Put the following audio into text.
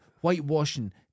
whitewashing